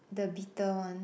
the bitter one